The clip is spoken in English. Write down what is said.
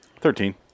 Thirteen